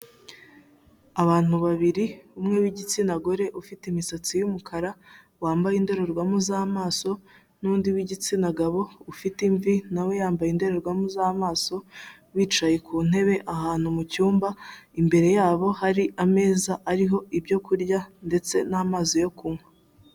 Abantu babiri umwe w'igitsina gore ufite imisatsi y'umukara wambaye indorerwamo z'amaso, n'undi w'igitsina gabo ufite imvi nawe yambaye indorerwamo z'amaso, bicaye ku ntebe ahantu mu cyumba imbere yabo hari ameza ariho ibyo kurya ndetse n'amazi yo kunywa.